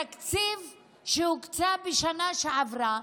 התקציב שהוקצה בשנה שעברה,